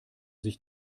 sich